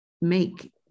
make